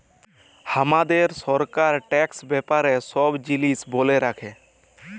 হামাদের সরকার ট্যাক্স ব্যাপারে সব জিলিস ব্যলে রাখে